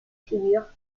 figures